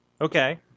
Okay